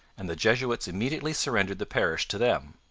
and the jesuits immediately surrendered the parish to them.